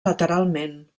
lateralment